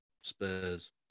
Spurs